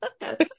Yes